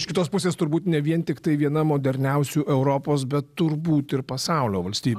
iš kitos pusės turbūt ne vien tiktai viena moderniausių europos bet turbūt ir pasaulio valstybių